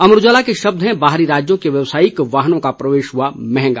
अमर उजाला के शब्द हैं बाहरी राज्यों के व्यवसायिक वाहनों का प्रवेश हआ मंहगा